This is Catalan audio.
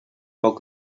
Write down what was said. poc